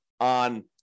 on